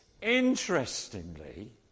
Interestingly